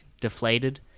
deflated